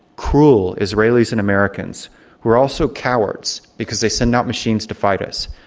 cruel israelis and americans who are also cowards, because they send out machines to fight us.